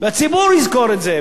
והציבור יזכור את זה.